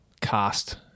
cast